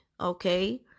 okay